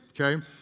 okay